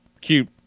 cute